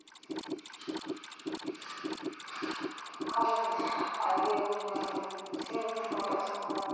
ᱦᱚᱲ ᱨᱮᱱ ᱟᱨ ᱤᱭᱟᱹ ᱥᱤᱢ ᱠᱚᱞᱮ ᱟᱹᱥᱩᱞ ᱠᱚᱣᱟ